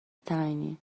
tiny